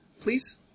Please